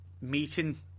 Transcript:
meeting